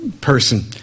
person